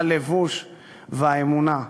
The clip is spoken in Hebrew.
הלבוש והאמונה.